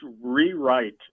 rewrite